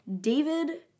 David